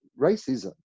racism